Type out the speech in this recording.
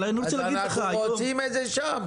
אבל אני רוצה להגיד לך --- אז אנחנו רוצים את זה שם.